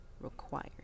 required